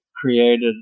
created